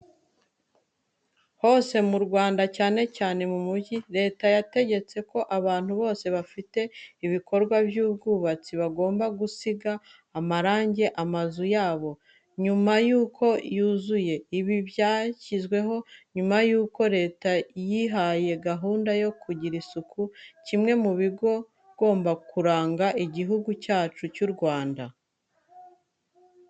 Hose mu Rwanda cyane cyane mu mijyi, Leta yategetse ko abantu bose bafite ibikorwa by'ubwubatsi bagomba gusiga amarange amazu yabo, nyuma y'uko yuzuye. Ibi byashyizweho nyuma yuko Leta yihaye gahunda yo kugira isuku, kimwe mu bigomba kuranga igihugu cyacu cy'u Rwanda.